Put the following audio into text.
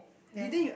then